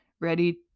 ready